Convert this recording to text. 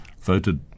voted